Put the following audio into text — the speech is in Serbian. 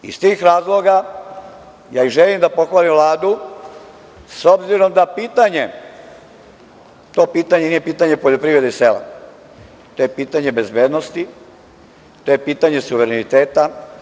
Iz tih razloga ja i želim da pohvalim Vladu, s obzirom da pitanje, to pitanje nije poljoprivrede i sela, to je pitanje bezbednosti, to je pitanje suvereniteta.